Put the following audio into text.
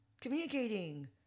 Communicating